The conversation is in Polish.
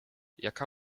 jaka